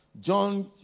John